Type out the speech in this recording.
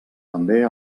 també